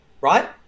Right